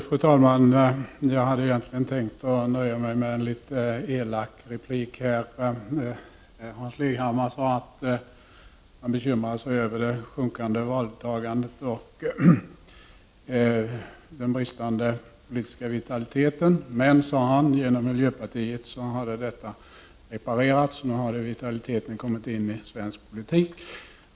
Fru talman! Jag hade egentligen tänkt nöja mig med en litet elak replik. Hans Leghammar sade att han var bekymrad över det sjunkande valdeltagandet och den bristande politiska vitaliteten. Men, sade han, genom miljöpartiet hade detta reparerats, nu hade vitaliteten kommit in i svensk politik.